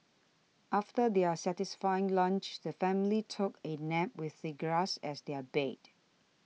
after their satisfying lunch the family took a nap with the grass as their bed